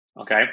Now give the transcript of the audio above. Okay